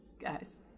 guys